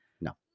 No